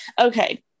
okay